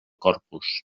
corpus